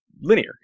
linear